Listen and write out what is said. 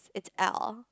it's L